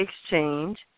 exchange